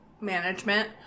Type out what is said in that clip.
management